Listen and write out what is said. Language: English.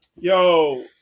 Yo